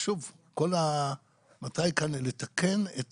ושוב, מתי לתקן את